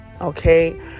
Okay